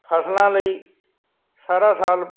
ਫ਼ਸਲਾਂ ਲਈ ਸਾਰਾ ਸਾਲ